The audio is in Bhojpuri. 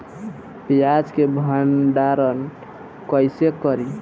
प्याज के भंडारन कईसे करी?